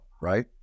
Right